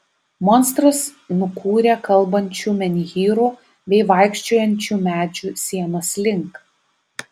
monstras nukūrė kalbančių menhyrų bei vaikščiojančių medžių sienos link